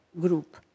group